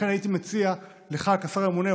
לכן הייתי מציע לך כשר ממונה,